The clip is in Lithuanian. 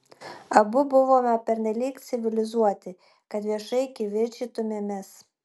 abu buvome pernelyg civilizuoti kad viešai kivirčytumėmės